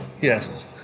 Yes